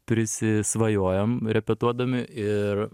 prisisvajojam repetuodami ir